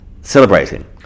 celebrating